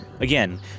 again